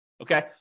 okay